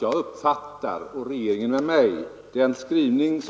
Jag, och regeringen med mig, uppfattar utskottets formulering